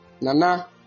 Nana